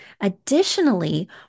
Additionally